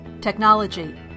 technology